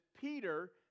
Peter